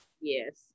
yes